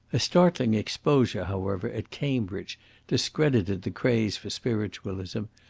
a startling exposure, however, at cambridge discredited the craze for spiritualism,